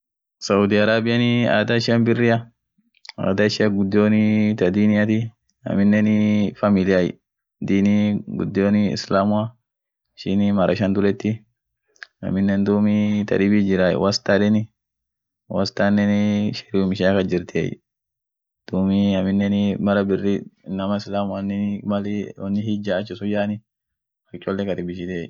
South arabian adhaa ishian birria adhaa ishian ghudionii thaa diniathi aminen familia Dini gudhio islamua ishini mara shan dhulethi aminen dhub thaa dhibithi jirayai wastar yedheni wastani sheriyum ishia kasjirthi dhub aminen mara biri inamaa islamuaniii maliii uni hijaa achisun yani acholee karibishitiye